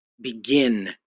begin